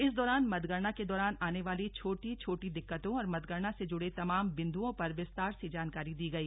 इस दौरान मतगणना के दौरान आने वाली छोटी छोटी दिक्कतों और मतगणना से जुड़े तमाम बिंदुओं पर विस्तार से जानकारी दी गई